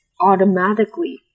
automatically